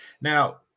now